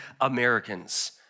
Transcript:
Americans